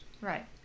Right